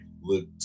look